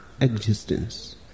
existence